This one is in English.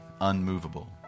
unmovable